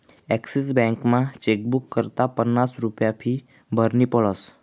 Axis बॅकमा chequebook करता पन्नास रुप्या फी भरनी पडस